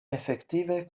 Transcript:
efektive